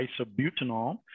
isobutanol